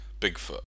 Bigfoot